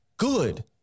Good